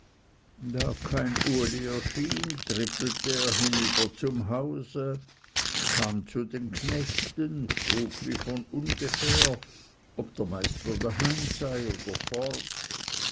da kein uli erschien trippelte er hinüber zum hause kam zu den knechten frug wie von ungefähr ob der meister daheim sei oder fort